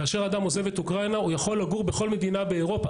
כאשר אדם עוזב את אוקראינה הוא יכול לגור בכל מדינה באירופה,